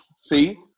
See